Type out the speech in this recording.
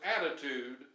attitude